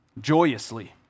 joyously